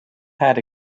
had